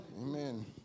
Amen